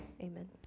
amen